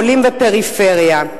עולים ופריפריה.